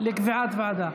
לקביעת ועדה.